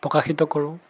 প্ৰকাশিত কৰোঁ